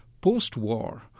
post-war